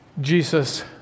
Jesus